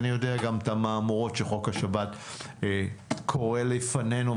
אני גם יודע את המהמורות שחוק השב"כ כורה לפנינו,